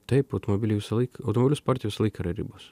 taip automobiliai visąlaik automobilių sporte visą laiką yra ribos